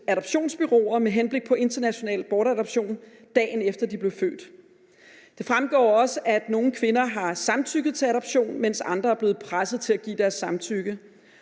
adoptionsbureauer med henblik på international bortadoption, dagen efter at de blev født. Det fremgår også, at nogle kvinder har samtykket til en adoption, mens andre er blevet presset til at give deres samtykke.